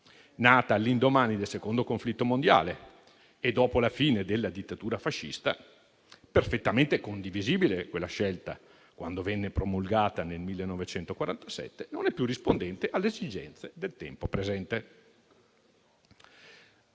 nata all'indomani del secondo conflitto mondiale e dopo la fine della dittatura fascista, scelta perfettamente condivisibile quando venne promulgata nel 1947, non è più rispondente alle esigenze del tempo presente.